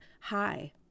Hi